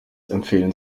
empfehlen